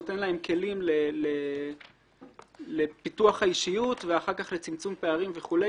נותן להם כלים לפיתוח האישיות ואחר כך לצמצום פערים וכולי.